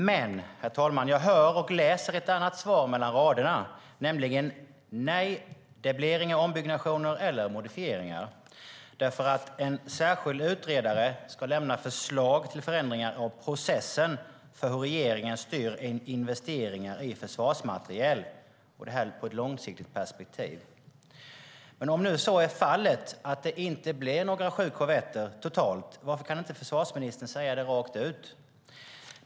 Men, herr talman, jag hör och läser ett annat svar mellan raderna, nämligen att nej, det blir inga ombyggnationer eller modifieringar eftersom en särskild utredare ska lämna förslag till förändringar av processen för hur regeringen styr investeringar i försvarsmateriel. Det gäller i ett långsiktigt perspektiv. Om så är fallet, att det inte blir sju korvetter totalt, varför kan försvarsministern då inte säga det rakt ut?